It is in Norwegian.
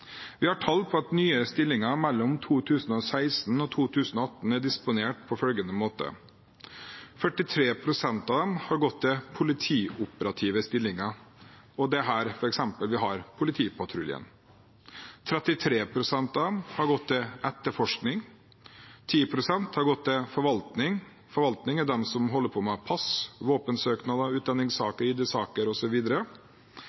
Vi har tall på at nye stillinger mellom 2016 og 2018 er disponert på følgende måte: 43 pst. av dem har gått til politioperative stillinger, og det er her vi f.eks. har politipatruljen. 33 pst. av dem har gått til etterforskning. 10 pst. har gått til forvaltning. Forvaltning er de som holder på med pass, våpensøknader,